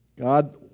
God